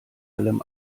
allem